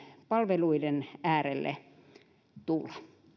palveluiden äärelle tulla